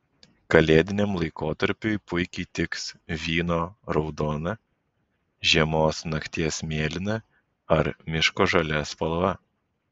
kalėdiniam laikotarpiui puikiai tiks vyno raudona žiemos nakties mėlyna ar miško žalia spalva